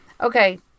Okay